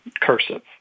cursive